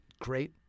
great